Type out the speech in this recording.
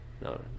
No